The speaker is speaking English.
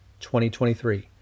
2023